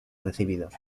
recibidos